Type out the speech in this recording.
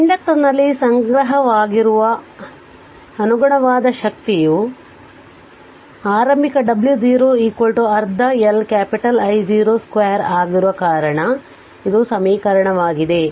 ಇಂಡಕ್ಟರ್ನಲ್ಲಿ ಸಂಗ್ರಹವಾಗಿರುವ ಅನುಗುಣವಾದ ಶಕ್ತಿಯು ಆರಂಭಿಕ W 0 ಅರ್ಧ L ಕ್ಯಾಪಿಟಲ್ I0 ಸ್ಕ್ವೇರ್ ಆಗಿರುವ ಕಾರಣ ಇದು ಸಮೀಕರಣವಾಗಿದೆ